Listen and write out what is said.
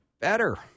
better